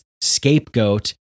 scapegoat